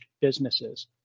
businesses